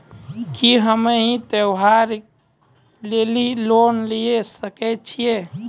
की हम्मय त्योहार लेली लोन लिये सकय छियै?